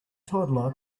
toddler